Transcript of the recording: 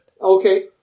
Okay